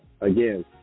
again